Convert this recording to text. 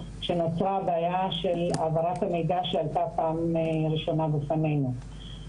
כשנוצרה בעיה של העברת המידע במוצג פעם ראשונה בפנינו.